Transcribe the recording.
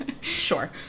Sure